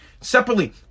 separately